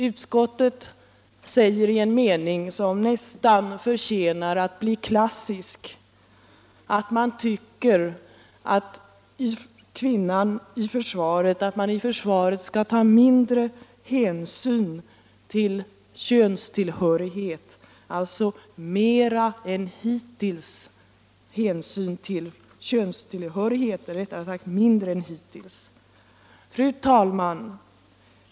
Utskottet säger i en mening, som nästan förtjänar att bli klassisk, att utskottet delar åsikten att individuella kvalifikationer, utan särskild hänsyn till kön, mera än hittills bör vara bestämmande när man fördelar uppgifter inom totalförsvaret. ”Mera än hittills” ... Fru talman!